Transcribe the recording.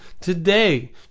today